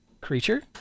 creature